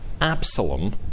Absalom